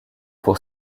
pour